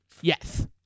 Yes